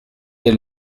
dès